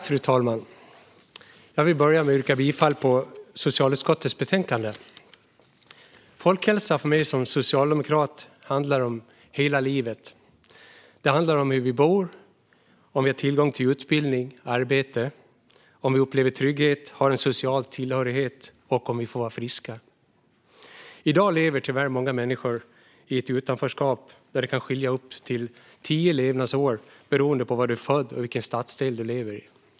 Fru talman! Jag vill börja med att yrka bifall till socialutskottets förslag. Folkhälsa för mig som socialdemokrat handlar om hela livet. Det handlar om hur vi bor, om vi har tillgång till utbildning och arbete, om vi upplever trygghet och har en social tillhörighet och om vi får vara friska. I dag lever tyvärr många människor i ett utanförskap där det kan skilja upp till tio levnadsår beroende på var man är född och i vilken stadsdel man lever.